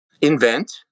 Invent